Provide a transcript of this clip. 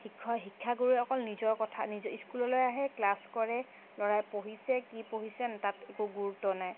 শিক্ষা শিক্ষাগুৰুৱে অকল নিজৰ কথা স্কুললৈ আহে ক্লাছ কৰে ল'ৰাই পঢ়িছে কি পঢ়িছে তাত একো গুৰুত্ব নাই